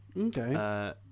Okay